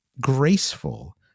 graceful